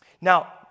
Now